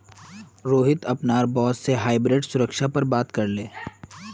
रोहित अपनार बॉस से हाइब्रिड सुरक्षा पर बात करले